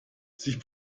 sich